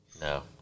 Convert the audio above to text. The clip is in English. No